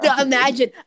Imagine